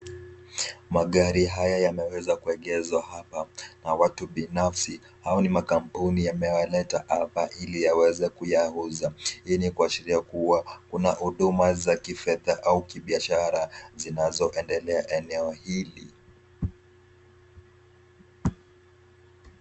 Magari haya yameweza kuegeshwa hapa na watu binafsi au ni makampuni yamewaleta hapa ili yaweze kuyauza. Hii ni kuashiria kuwa kuna huduma za kifedha au kibiashara zinazoendelea eneo hili.